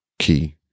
key